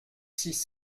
six